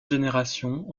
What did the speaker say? génération